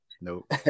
Nope